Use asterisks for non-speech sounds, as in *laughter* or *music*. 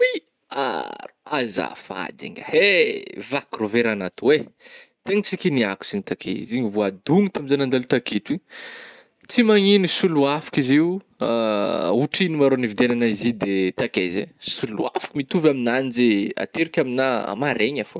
*noise* Oy ah-azafady ngiahy eh, vaky rô veragnao to eh, tegna tsy kigniako zegny taky ih, izy igny voadognako tamin'zah nandalo taketo oh, tsy magnino soloàfaka izy io *hesitation* otrigno ma rô niviadagnana izy io de takaiza ah? Soloàfako mitovy amignanjy ih, ateriko amigna maraigna fô.